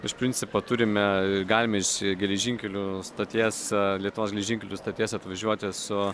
iš principo turime galime iš geležinkelių stoties lietuvos geležinkelių stoties atvažiuoti su